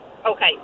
Okay